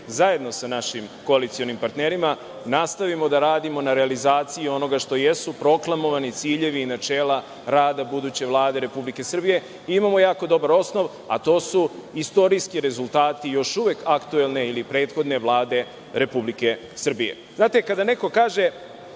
zajedno sa našim koalicionim partnerima nastavimo da radimo na realizaciji onoga što jesu proklamovani ciljevi i načela rada buduće Vlade Republike Srbije i imamo jako dobar osnov, a to su istorijski rezultati još uvek aktuelne ili prethodne Vlade Republike Srbije. Znate, kada neko kaže: